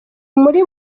muri